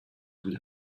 would